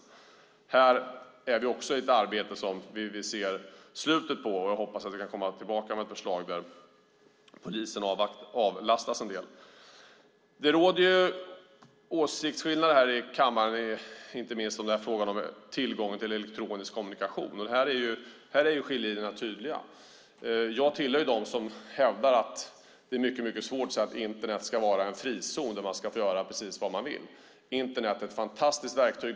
Också när det gäller detta är vi i ett arbete som vi ser slutet på, och jag hoppas att vi kan komma tillbaka med ett förslag där polisen avlastas en del. Det råder åsiktsskillnader här i kammaren inte minst i frågan om tillgången till elektronisk kommunikation. Här är skiljelinjerna tydliga. Jag tillhör de som hävdar att det är mycket svårt att säga att Internet ska vara en frizon där man ska få göra precis vad man vill. Internet är ett fantastiskt verktyg.